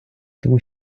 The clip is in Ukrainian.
тому